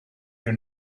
you